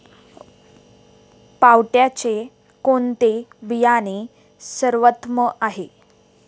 पावट्याचे कोणते बियाणे सर्वोत्तम आहे?